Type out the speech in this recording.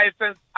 license